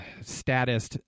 status